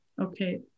Okay